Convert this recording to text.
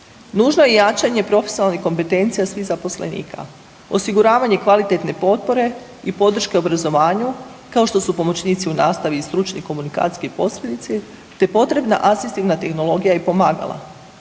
Nužno je jačanje profesionalnih kompetencija svih zaposlenika, osiguravanje kvalitetne potpore i podrške obrazovanju, kao što su pomoćnici u nastavi i stručni komunikacijski posrednici te potrebna asistivna tehnologija i pomagala.